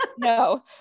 No